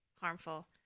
harmful